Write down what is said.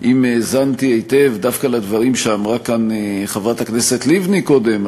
אם האזנתי היטב דווקא לדברים שאמרה כאן חברת הכנסת לבני קודם,